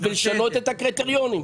ולשנות את הקריטריונים.